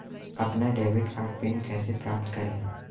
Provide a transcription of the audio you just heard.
अपना debit card PIN कैसे प्राप्त करें?